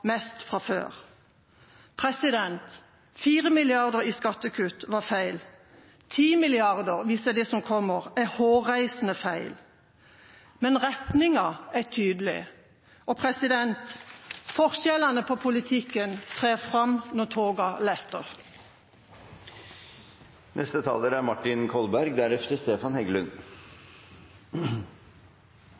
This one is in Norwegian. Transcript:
mest fra før. 4 mrd. kr i skattekutt var feil – 10 mrd. kr, hvis det er det som kommer, er hårreisende feil. Men retninga er tydelig. Forskjellene på politikken trer fram når tåka letter. I en verden som i veldig sterk grad er